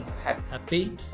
Happy